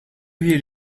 hear